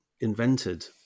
invented